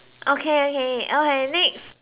okay okay okay next